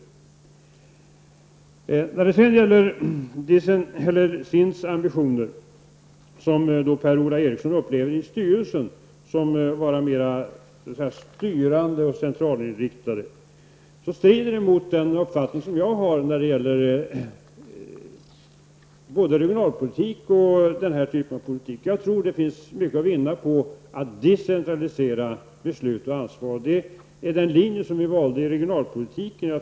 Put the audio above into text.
När det gäller SINDs ambitioner upplever Per-Ola Eriksson i styrelsen att de är mera styrande och centralinriktade. Det strider mot den uppfattning som jag har när det gäller både regionalpolitiken och denna typ av politik. Jag tror att det finns mycket att vinna på att decentralisera beslut och ansvar. Denna linje valde vi i regionalpolitiken.